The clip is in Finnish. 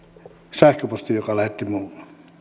sähköpostin jonka hän lähetti minulle